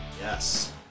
Yes